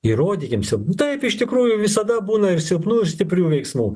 įrodykim silpn taip iš tikrųjų visada būna ir silpnų ir stiprių veiksmų